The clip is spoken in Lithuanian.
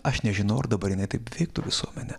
aš nežinau ar dabar jinai taip veiktų visuomenę